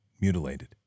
mutilated